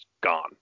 gone